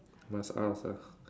must ask ah